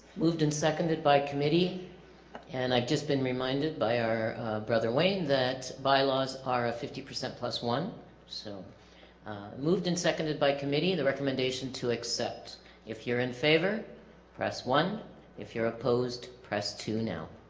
moved and seconded by committee and i've just been reminded by our brother wayne that bylaws are a fifty percent plus one so moved and seconded by committee the recommendation to accept if you're in favor press one if you're opposed press two now